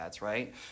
right